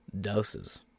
Doses